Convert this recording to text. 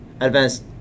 advanced